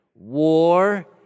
War